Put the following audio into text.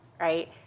right